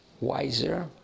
wiser